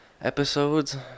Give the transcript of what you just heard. Episodes